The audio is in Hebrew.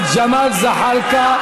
חבר הכנסת ג'מאל זחאלקה,